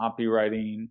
copywriting